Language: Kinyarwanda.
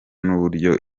n’uburyo